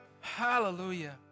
Hallelujah